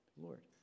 lord